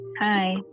Hi